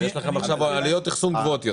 אז יש לכם עכשיו עלויות אחסון גבוהות יותר.